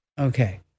Okay